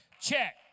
check